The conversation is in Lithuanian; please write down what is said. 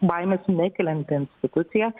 baimės nekelianti instituciją